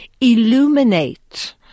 illuminate